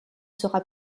sera